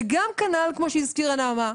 גם כנ"ל כמו שהזכירה נעמה,